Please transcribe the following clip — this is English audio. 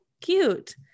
cute